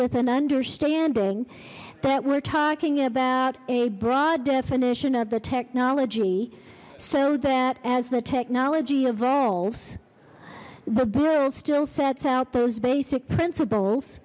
with an understanding that we're talking about a broad definition of the technology so that as the technology evolves the bull still sets out those basic principles